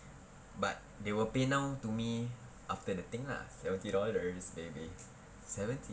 but they will be PayNow to me after the thing lah seventy dollars baby seventy